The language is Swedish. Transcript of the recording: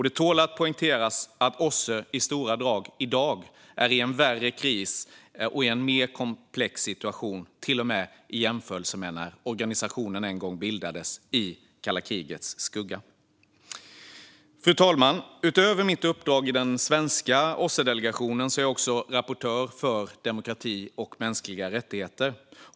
Det tål att poängteras att OSSE i stora drag i dag till och med är i en värre kris och i en mer komplex situation än när organisationen en gång bildades i kalla krigets skugga. Fru talman! Utöver mitt uppdrag i den svenska OSSE-delegationen är jag också rapportör för demokrati och mänskliga rättigheter.